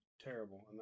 terrible